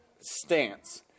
stance